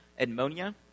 Edmonia